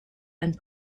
and